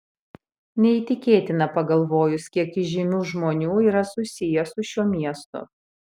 neįtikėtina pagalvojus kiek įžymių žmonių yra susiję su šiuo miestu